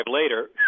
later